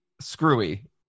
screwy